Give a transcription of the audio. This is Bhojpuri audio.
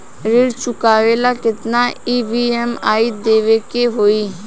ऋण चुकावेला केतना ई.एम.आई देवेके होई?